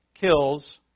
kills